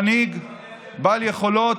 מנהיג בעל יכולות.